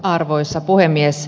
arvoisa puhemies